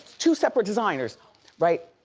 two separate designers right.